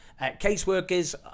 caseworkers